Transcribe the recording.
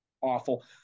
awful